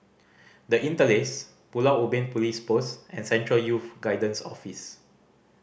The Interlace Pulau Ubin Police Post and Central Youth Guidance Office